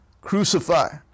crucify